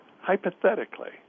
hypothetically